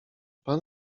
pan